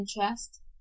interest